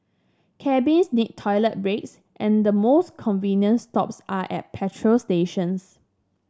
cabbies need toilet breaks and the most convenient stops are at petrol stations